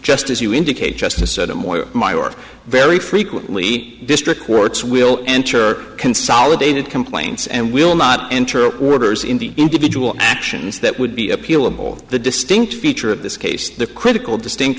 just as you indicate justice at amoy my or very frequently district courts will enter consolidated complaints and will not enter orders in the individual actions that would be appealable the distinct feature of this case the critical distinct